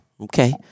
Okay